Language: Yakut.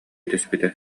түспүтэ